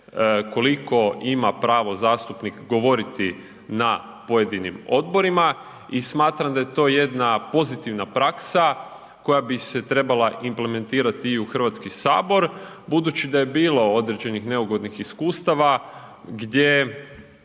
koliko ima pravo zastupnik govoriti na pojedinim odborima i smatram da je to jedna pozitivna praksa koja bi se trebala implementirati i u Hrvatski sabor, budući da je bilo određenih neugodnih iskustava gdje